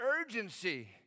urgency